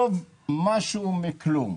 טוב משהו מכלום,